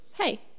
Hey